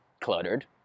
cluttered